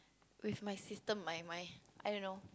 with my system my my I don't know